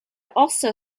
also